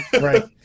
Right